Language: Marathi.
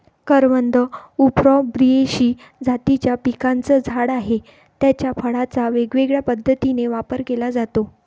करवंद उफॉर्बियेसी जातीच्या पिकाचं झाड आहे, याच्या फळांचा वेगवेगळ्या पद्धतीने वापर केला जातो